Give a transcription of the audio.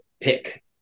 pick